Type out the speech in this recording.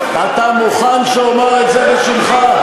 אתה מוכן שאומר את זה בשמך?